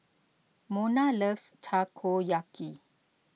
Mona loves Takoyaki